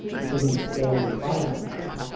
because of the scale in financing